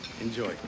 Enjoy